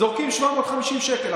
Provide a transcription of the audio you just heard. זורקים 750 שקל.